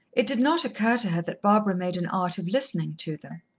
it did not occur to her that barbara made an art of listening to them.